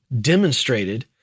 demonstrated